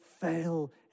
fail